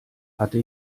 hatte